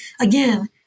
again